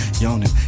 yawning